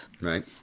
Right